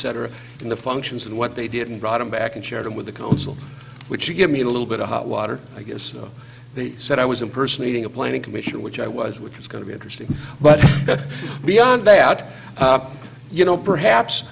cetera in the functions and what they did and brought them back and share them with the council which give me a little bit of hot water i guess he said i was impersonating a planning commission which i was which is going to be interesting but beyond doubt you know perhaps